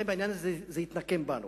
העניין הזה יתנקם בנו.